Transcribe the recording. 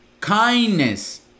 Kindness